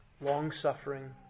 long-suffering